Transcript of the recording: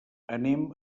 anem